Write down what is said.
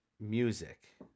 Music